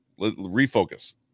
Refocus